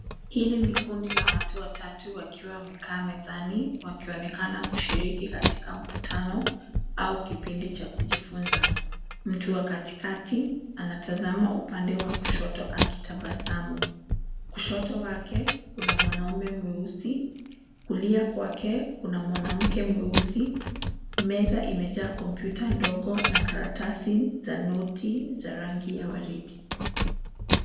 Hili ni kundi watu watatu wakiwa wamekaa mezani wakionekana kushiriki katika mkutano au kipindi cha kujifunza. Mtu wa katikati, anatazama upande wa kushoto akitabasamu. Kushoto wake, kuna mwanaume mweusi. Kulia kwake, kuna mwanamke mweusi. Meza imejaa kompyuta ndogo na karatasi za noti za rangi ya waridi.